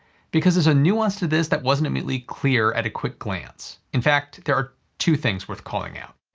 because there's a nuance to this that wasn't immediately clear at a quick glance. in fact, there are two things worth calling out.